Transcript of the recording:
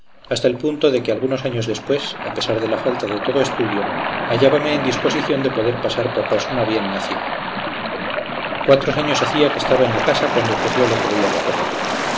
hasta el punto de que algunos años después a pesar de la falta de todo estudio hallábame en disposición de poder pasar por persona bien nacida cuatro años hacía que estaba en la casa cuando ocurrió lo que voy a referir